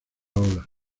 ola